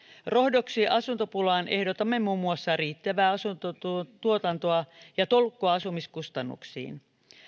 rohdoksi asuntopulaan ehdotamme muun muassa riittävää asuntotuotantoa ja tolkkua asumiskustannuksiin